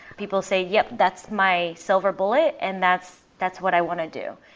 people say, yup, that's my silver bullet and that's that's what i want to do.